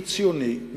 שהוא ציוני,